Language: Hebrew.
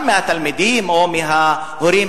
גם מהתלמידים או מההורים,